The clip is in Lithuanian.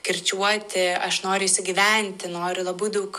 kirčiuoti aš noriu įsigyventi noriu labai daug